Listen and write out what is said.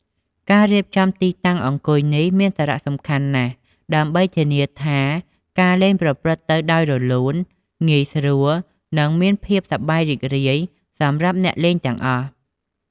ការរៀបចំទីតាំងអង្គុយនេះមានសារៈសំខាន់ណាស់ ដើម្បីធានាថាការលេងប្រព្រឹត្តទៅដោយរលូន ងាយស្រួល និងមានភាពសប្បាយរីករាយសម្រាប់អ្នកលេងទាំងអស់។